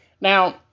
Now